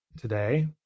today